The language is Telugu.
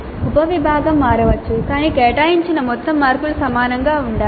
ఉపవిభాగం మారవచ్చు కానీ కేటాయించిన మొత్తం మార్కులు సమానంగా ఉండాలి